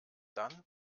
dann